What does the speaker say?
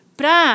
para